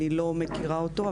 אני לא מכירה אותו,